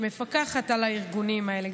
שמפקחת על הארגונים האלה,